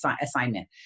assignment